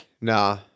Nah